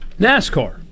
NASCAR